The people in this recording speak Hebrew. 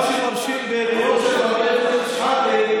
מה שמרשים בנאום של חבר הכנסת שחאדה,